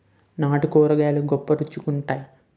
నాటు కూరగాయలు గొప్ప రుచి గుంత్తై